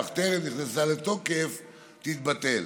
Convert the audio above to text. התפיסה